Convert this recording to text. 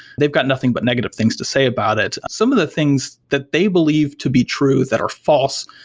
they've got nothing but negative things to say about it. some of the things that they believe to be true that are false,